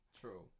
True